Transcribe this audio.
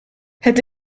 het